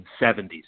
1970s